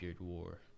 war